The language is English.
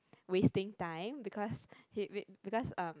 wasting time because because um